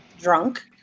Drunk